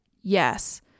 Yes